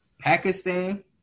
Pakistan